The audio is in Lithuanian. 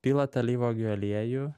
pilat alyvuogių aliejų